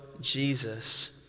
Jesus